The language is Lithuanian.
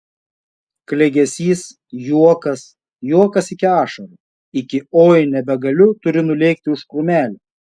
klegesys juokas juokas iki ašarų iki oi nebegaliu turiu nulėkti už krūmelio